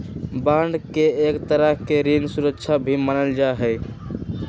bond के एक तरह के ऋण सुरक्षा भी मानल जा हई